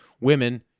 women